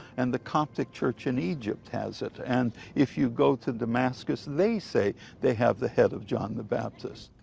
and the coptic church in egypt has it. and if you go to damascus, they say they have the head of john the baptist.